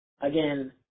again